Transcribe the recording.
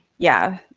yeah.